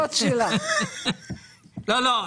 לא, לא.